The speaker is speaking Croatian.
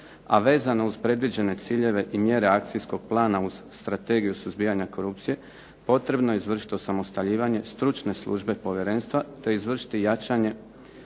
a vezano uz predviđene ciljeve i mjere akcijskog plana uz strategiju suzbijanja korupcije, potrebno je izvršiti osamostaljivanje stručne službe povjerenstva, te izvršiti jačanje